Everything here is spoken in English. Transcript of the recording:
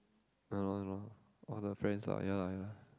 all the friends lah ya ya